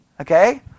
Okay